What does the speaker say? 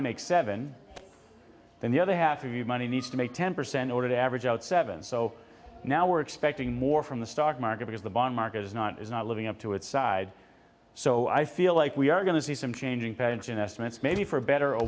to make seven then the other half of you money needs to make ten percent order to average out seven so now we're expecting more from the stock market because the bond market is not is not living up to its side so i feel like we are going to see some changing pension estimates maybe for better or